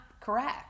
correct